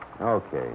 Okay